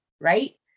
right